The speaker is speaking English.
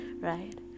right